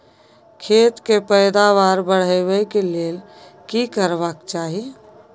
खेत के पैदावार बढाबै के लेल की करबा के चाही?